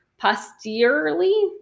posteriorly